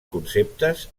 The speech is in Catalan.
conceptes